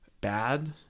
bad